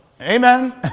amen